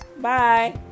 Bye